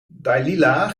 dailila